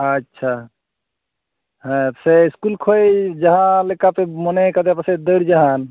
ᱟᱪᱪᱷᱟ ᱥᱮ ᱤᱥᱠᱩᱞ ᱠᱷᱚᱡ ᱡᱟᱦᱟ ᱞᱮᱠᱟᱯᱮ ᱢᱚᱱᱮ ᱟᱠᱟᱫᱮ ᱯᱟᱪᱮᱭ ᱫᱟᱹᱲ ᱡᱟᱦᱟᱱ